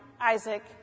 Isaac